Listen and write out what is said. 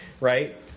right